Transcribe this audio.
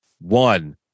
One